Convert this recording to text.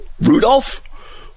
Rudolph